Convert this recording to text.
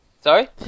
Sorry